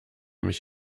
mich